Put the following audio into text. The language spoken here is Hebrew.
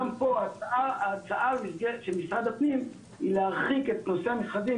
גם פה ההצעה במשרד הפנים היא להרחיק את נושא המכרזים